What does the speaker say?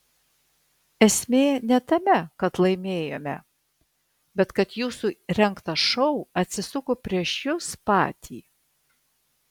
esmė ne tame kad laimėjome bet kad jūsų rengtas šou atsisuko prieš jus patį